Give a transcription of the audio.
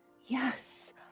Yes